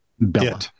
bella